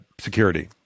Security